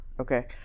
okay